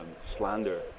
Slander